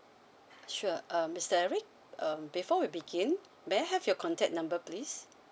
sure um mister eric uh before we begin may I have your contact number please